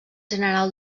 general